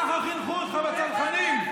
ככה חינכו אותך בצנחנים?